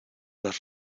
las